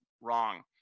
wrong